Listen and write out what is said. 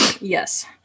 Yes